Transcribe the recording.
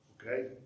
Okay